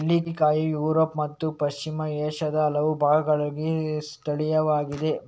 ನೆಲ್ಲಿಕಾಯಿ ಯುರೋಪ್ ಮತ್ತು ಪಶ್ಚಿಮ ಏಷ್ಯಾದ ಹಲವು ಭಾಗಗಳಿಗೆ ಸ್ಥಳೀಯವಾಗಿದೆ